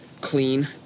clean